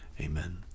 Amen